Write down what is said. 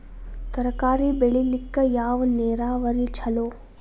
ತರಕಾರಿ ಬೆಳಿಲಿಕ್ಕ ಯಾವ ನೇರಾವರಿ ಛಲೋ?